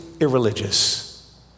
irreligious